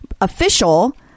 official